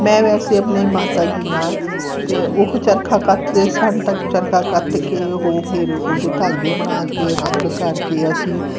ਮੈਂ ਵੈਸੇ ਆਪਣੇ ਮਾਤਾ ਜੀ ਨਾਲ ਅਤੇ ਉਹ ਚਰਖਾ ਕੱਤਦੇ ਸਨ ਤਾਂ ਚਰਖਾ ਕੱਤ ਕੇ ਉਹ ਫਿਰ ਉਹਦੇ ਧਾਗੇ ਬਣਾ ਕੇ ਰੰਗ ਕਰਕੇ ਅਸੀਂ